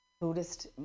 Buddhist